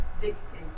victim